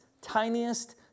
tiniest